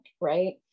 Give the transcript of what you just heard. right